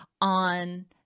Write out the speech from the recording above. on